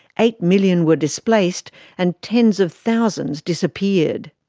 eight million were displaced and tens of thousands disappeared.